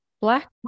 Black